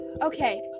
Okay